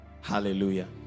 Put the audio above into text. Hallelujah